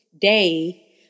day